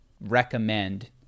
recommend